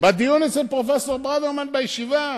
בדיון אצל פרופסור ברוורמן בישיבה: